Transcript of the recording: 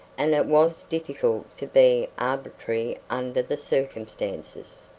and it was difficult to be arbitrary under the circumstances.